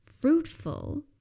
fruitful